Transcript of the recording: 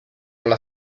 alla